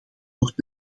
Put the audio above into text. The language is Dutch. wordt